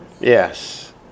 Yes